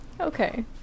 Okay